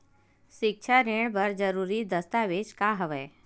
सिक्छा ऋण बर जरूरी दस्तावेज का हवय?